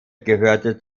gehörte